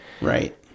right